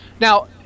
Now